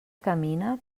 camina